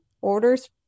orders